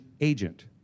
agent